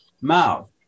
mouth